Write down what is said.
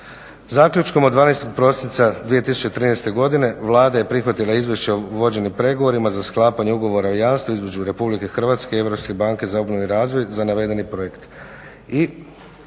Zaključkom od 12. prosinca 2013. godine Vlada je prihvatila Izvješće o vođenim pregovorima za sklapanje ugovora o jamstvu između Republike Hrvatske i Europske banke za obnovu i razvoj za navedeni projekt.